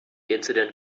incident